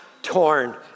Torn